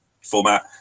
format